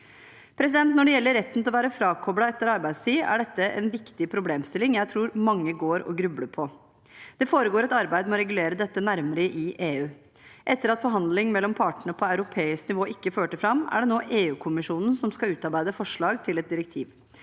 Når det gjelder retten til å være frakoblet etter arbeidstid, er dette en viktig problemstilling som jeg tror mange går og grubler på. Det foregår et arbeid i EU med å regulere dette nærmere. Etter at forhandling mellom partene på europeisk nivå ikke førte fram, er det nå EUkommisjonen som skal utarbeide forslag til et direktiv.